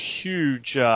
huge